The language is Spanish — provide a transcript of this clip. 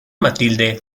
matilde